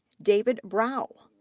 david brow,